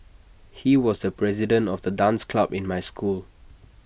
he was the president of the dance club in my school